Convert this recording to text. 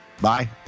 Bye